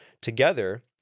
together